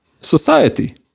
Society